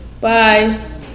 Bye